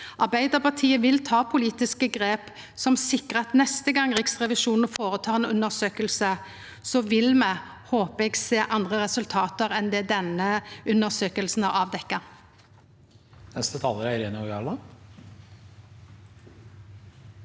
Arbeidarpartiet vil ta politiske grep som sikrar at neste gong Riksrevisjonen føretek ei undersøking, vil me – håpar eg – sjå andre resultat enn det denne undersøkinga har avdekt.